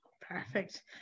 perfect